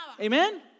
amen